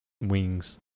wings